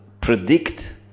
predict